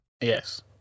Yes